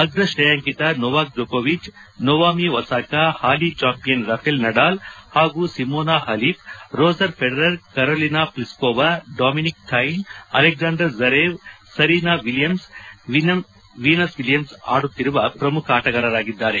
ಅಗ್ರ ತ್ರೇಯಾಂಕಿತ ನೊವಾಕ್ ಜೊಕೊವಿಜ್ ನೊವಾಮಿ ಒಸಕಾ ಹಾಲಿ ಚಾಂಪಿಯನ್ ರಫಲ್ ನಡಾಲ್ ಹಾಗೂ Simona Halep Roger Federer Karolina Pliskova Dominic Thiem Alexander Zverev Serena Williams Venus Williams ಆಡುತ್ತಿರುವ ಪ್ರಮುಖ ಆಟಗಾರರಾಗಿದ್ದಾರೆ